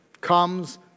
comes